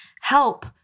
help